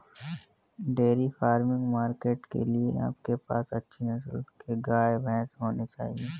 dairy farming market के लिए आपके पास अच्छी नस्ल के गाय, भैंस होने चाहिए